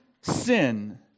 sin